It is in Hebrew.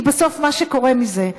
כי בסוף מה שקורה מזה,